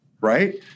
right